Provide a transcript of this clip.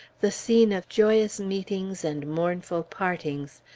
the scene of joyous meetings and mournful partings,